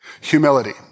Humility